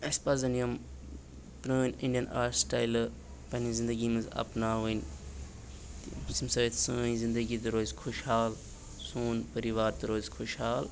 اسہِ پَزَن یِم پرٛٲنۍ اِنڈیَن آرٹ سٹایلہٕ پننہِ زِندَگی منٛز اَپناوٕنۍ ییٚمہِ سۭتۍ سٲنۍ زِندگی تہِ روزِ خۄشحال سوٗن پٔریٖوار تہِ روزِ خۄشحال